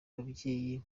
ababyeyi